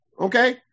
Okay